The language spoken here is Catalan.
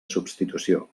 substitució